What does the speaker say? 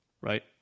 right